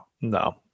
No